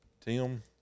Tim